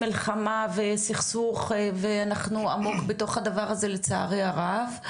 מלחמה וסכסוך ואנחנו עמוק בתוך הדבר הזה לצערי הרב,